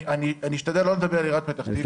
אני אשתדל לא לדבר על עיריית פתח תקווה,